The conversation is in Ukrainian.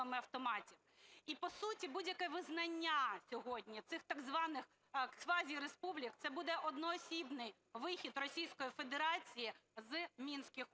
І, по суті, будь-яке визнання сьогодні цих так званих квазіреспублік – це буде одноосібний вихід Російської Федерації з Мінських угод.